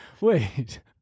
Wait